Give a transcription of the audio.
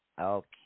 Okay